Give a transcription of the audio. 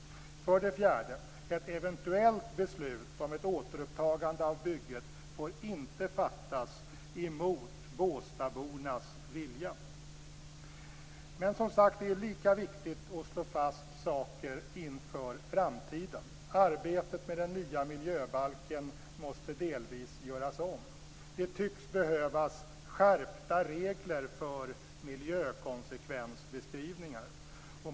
För det fjärde: Ett eventuellt beslut om återupptagande av bygget får inte fattas mot båstadbornas vilja. Det är lika viktigt att slå fast saker inför framtiden. Arbetet med den nya miljöbalken måste delvis göras om. Det tycks behövas skärpta regler för miljökonsekvensbeskrivningar.